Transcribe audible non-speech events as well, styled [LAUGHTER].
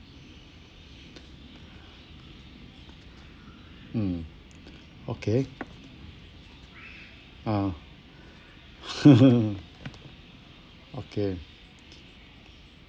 [BREATH] mm okay uh [LAUGHS] okay